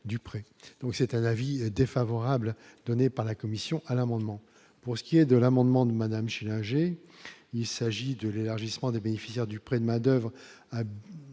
du prêt, donc c'est un avis défavorable donné par la Commission à l'amendement pour ce qui est de l'amendement de Madame Schillinger, il s'agit de l'élargissement des bénéficiaires du prêt de manoeuvre